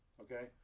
okay